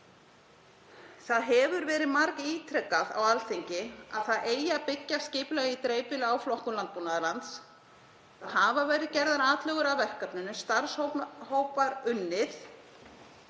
Það hefur verið margítrekað á Alþingi að það eigi að byggja skipulag í dreifbýli á flokkun landbúnaðarlands. Það hafa verið gerðar atlögur að verkefninu, starfshópar unnið